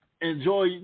enjoy